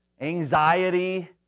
anxiety